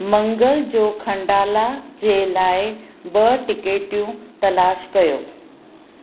मंगल जो खंडाला जे लाइ ब टिकेटियूं तलाश कयो